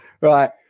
right